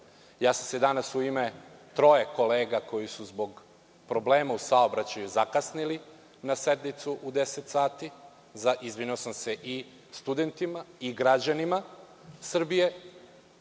sam se izvinio u ime troje kolega koji su zbog problema u saobraćaju zakasnili na sednicu u 10,00 časova. Izvinio sam se i studentima i građanima Srbije,